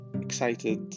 excited